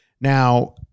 now